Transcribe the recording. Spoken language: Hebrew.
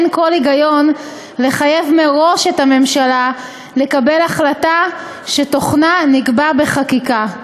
אין כל היגיון לחייב מראש את הממשלה לקבל החלטה שתוכנה נקבע בחקיקה.